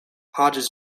hodges